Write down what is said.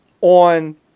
on